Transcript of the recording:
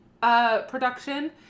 Production